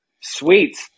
Sweet